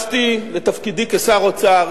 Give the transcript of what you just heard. כשנכנסתי לתפקידי כשר האוצר,